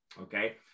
Okay